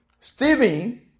Stephen